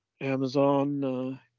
amazon